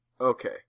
Okay